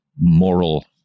moral